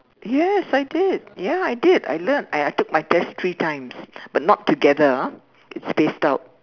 yes I did ya I did I learn and I took my test three time but not together ah it's spaced out